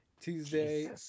Tuesday